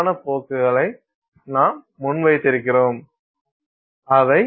எனவே இது மிகவும் விஞ்ஞான மற்றும் முழுமையான முறையில் எவ்வாறு பார்க்கப்படலாம் என்பதற்கான ஒரு நல்ல நுண்ணறிவு